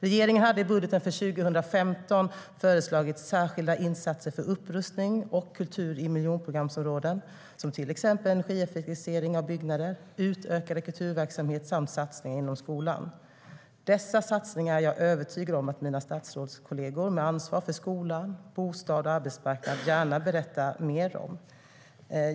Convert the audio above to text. Regeringen hade i budgeten för 2015 föreslagit särskilda insatser för upprustning och kultur i miljonprogramsområden, som energieffektivisering av byggnader, utökad kulturverksamhet samt satsningar inom skolan. Dessa satsningar är jag övertygad om att mina statsrådskolleger med ansvar för skola, bostad och arbetsmarknad gärna berättar mer om.